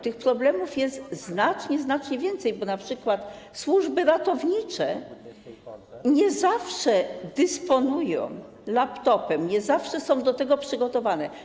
Tych problemów jest znacznie, znacznie więcej, np. służby ratownicze nie zawsze dysponują laptopem, nie zawsze są do tego przygotowane.